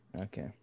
Okay